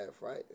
right